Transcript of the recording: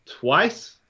twice